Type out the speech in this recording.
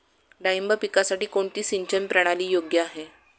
डाळिंब पिकासाठी कोणती सिंचन प्रणाली योग्य आहे?